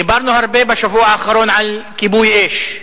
דיברנו הרבה בשבוע האחרון על כיבוי אש.